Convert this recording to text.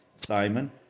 Simon